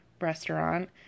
restaurant